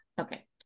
Okay